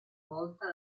volta